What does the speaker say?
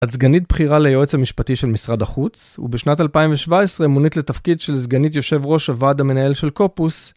את סגנית בחירה ליועץ המשפטי של משרד החוץ ובשנת 2017 מונית לתפקיד של סגנית יושב ראש הוועד המנהל של קופוס